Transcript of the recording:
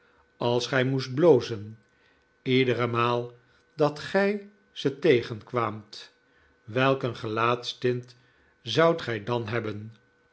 als gij moest blozen iedere maal dat gij ze tegenkwaamt welk een gelaatstint zoudt gij dan hebben